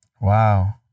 Wow